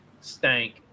stank